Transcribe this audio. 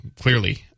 Clearly